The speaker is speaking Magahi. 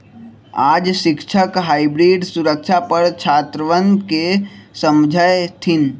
आज शिक्षक हाइब्रिड सुरक्षा पर छात्रवन के समझय थिन